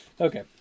Okay